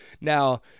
Now